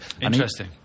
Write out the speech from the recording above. interesting